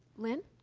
lynn?